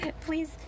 please